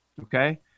Okay